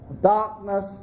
darkness